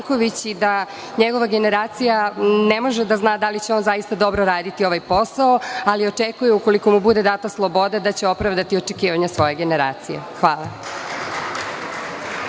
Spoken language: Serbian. i da njegova generacija ne može da zna da li će on zaista dobro raditi ovaj posao, ali očekuje, ukoliko mu bude data sloboda, da će opravdati očekivanja svoje generacije. Hvala.